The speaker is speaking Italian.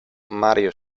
mario